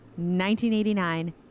1989